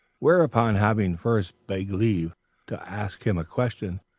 whereupon having first begged leave to ask him a question,